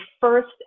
first